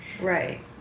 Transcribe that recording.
Right